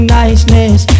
niceness